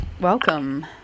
Welcome